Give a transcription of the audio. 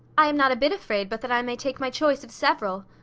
i am not a bit afraid but that i may take my choice of several.